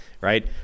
right